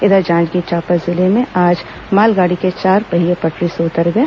इधर जांजगीर चांपा जिले में आज मालगाड़ी के चार पहिए पटरी से उतर गए